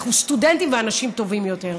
אנחנו סטודנטים ואנשים טובים יותר.